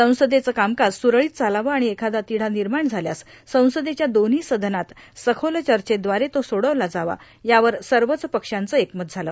संसदेचं कामकाज सुरळीत चालावं आणि एखादा तिढा निर्माण झाल्यास संसदेच्या दोन्ही सदनात सखोल चर्चेद्वारे तो सोडवला जावा यावर सर्वच पशांच एकमत झालं